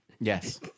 Yes